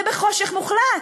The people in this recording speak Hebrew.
זה בחושך מוחלט.